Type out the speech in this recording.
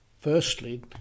firstly